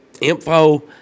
info